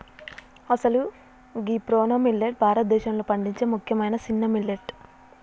అసలు గీ proso millet భారతదేశంలో పండించే ముఖ్యమైన సిన్న మిల్లెట్